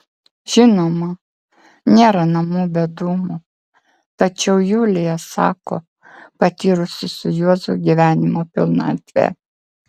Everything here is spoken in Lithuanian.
žinoma nėra namų be dūmų tačiau julija sako patyrusi su juozu gyvenimo pilnatvę